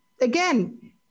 Again